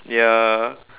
ya